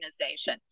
organization